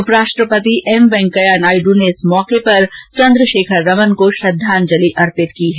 उपराष्ट्रपति एम वैंकेया नायड् ने इस अवसर पर चन्द्रशेखर रमन को श्रद्धांजलि अर्पित की है